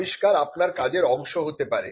আবিষ্কার আপনার কাজের অংশ হতে পারে